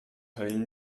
heulen